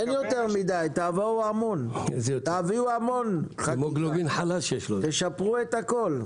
אין יותר מידי, תביאו המון, תשפרו את הכל.